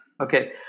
Okay